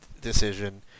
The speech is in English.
decision